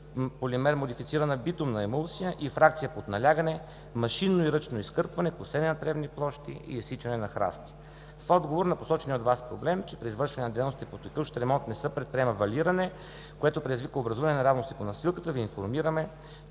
полимермодифицирана битумна емулсия и фракция под налягане, машинно и ръчно изкърпване, косене на тревни площи и изсичане на храсти. В отговор на посочения от Вас проблем, че при извършване на дейностите по текущ ремонт не се предприема валиране, което предизвиква образуване на неравности по настилката, Ви информираме,